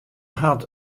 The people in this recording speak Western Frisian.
hat